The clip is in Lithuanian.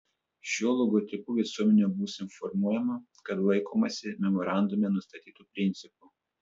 šiuo logotipu visuomenė bus informuojama kad laikomasi memorandume nustatytų principų